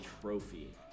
trophy